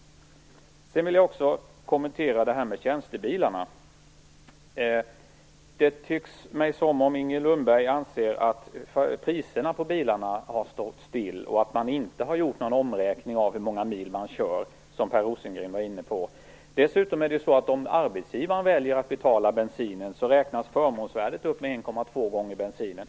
Jag vill också kommentera tjänstebilarna. Det tycks mig som om Inger Lundberg anser att priserna på bilarna har stått stilla och att man inte har gjort någon omräkning av hur många mil man kör, som Per Dessutom är det så att förmånsvärdet räknas upp med 1,2 gånger bensinpriset om arbetsgivaren väljer att betala bensinen.